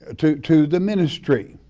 ah to to the ministry.